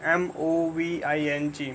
Moving